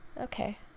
okay